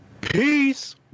Peace